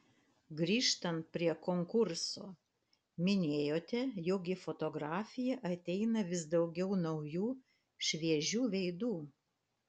grįžtant prie konkurso minėjote jog į fotografiją ateina vis daugiau naujų šviežių veidų